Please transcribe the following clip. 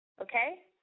okay